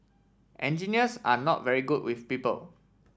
engineers are not very good with people